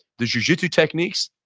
the jujitsu techniques,